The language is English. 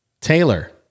Taylor